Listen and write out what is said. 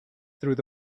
through